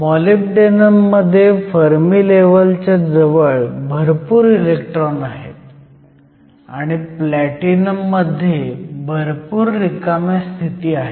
molybdenum मध्ये Fermi लेव्हलच्या जवळ भरपूर इलेक्ट्रॉन आहेत आणि प्लॅटिनम मध्ये भरपूर रिकाम्या स्थिती आहेत